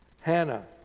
Hannah